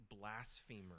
blasphemer